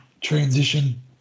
transition